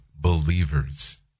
believers